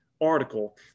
article